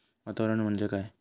वातावरण म्हणजे काय असा?